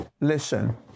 listen